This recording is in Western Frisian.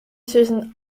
sizzen